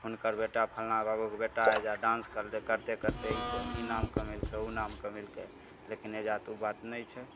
हुनकर बेटा फल्लाँ बाबूके बेटा अइजा डाँस करिते करिते करिते ई नाम कमेलकै ओ नाम कमेलकै लेकिन अइजा तऽ ओ बात नहि छै